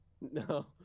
No